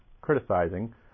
criticizing